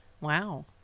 Wow